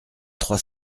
trois